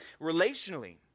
relationally